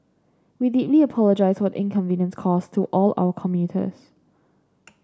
we deeply apologise were inconvenience caused to all our commuters